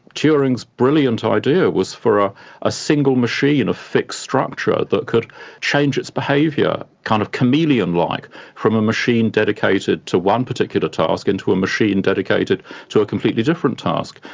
turing's brilliant idea was for a a single machine, a fixed structure that could change its behaviour, kind of chameleon-like, from a machine dedicated to one particular task into a machine dedicated to a completely different task.